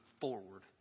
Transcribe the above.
forward